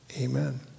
Amen